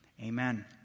Amen